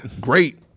Great